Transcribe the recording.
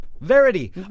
Verity